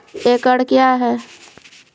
एकड कया हैं?